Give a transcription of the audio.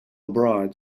abroad